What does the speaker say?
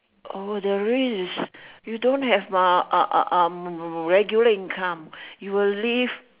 oh the risk you don't have a a a a regular income you'll live